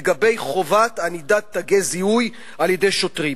לגבי חובת ענידת תגי זיהוי על-ידי שוטרים.